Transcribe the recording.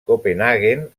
copenhaguen